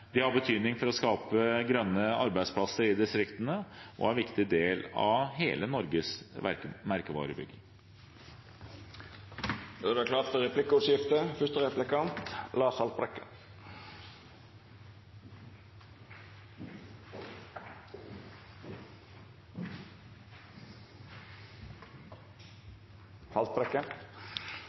de har betydning for å skape grønne arbeidsplasser i distriktene, og de er en viktig del av hele Norges